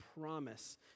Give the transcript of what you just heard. promise